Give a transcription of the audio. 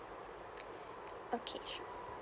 okay sure